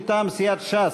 מטעם סיעת ש"ס.